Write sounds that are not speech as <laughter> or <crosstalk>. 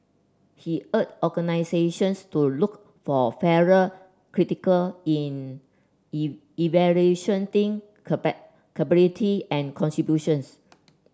he urged organisations to look for fairer critical in <unintelligible> evaluation <unintelligible> capability and contributions